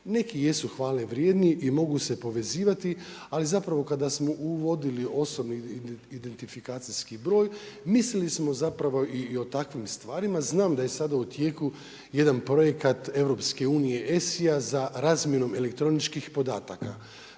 Neki jesu hvale vrijedni i mogu se povezivati, ali zapravo kada smo uvodili OIB, mislili smo zapravo i o takvim stvarima, znam da je sada u tijeku jedan projekat EU Esea za razmjenom elektroničkih podataka.